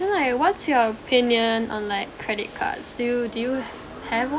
then like what's your opinion on like credit cards do you do you have one